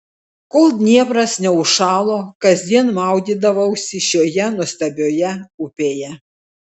kol dniepras neužšalo kasdien maudydavausi šioje nuostabioje upėje